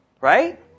Right